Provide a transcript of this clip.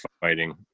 fighting